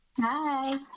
Hi